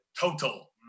Total